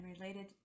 related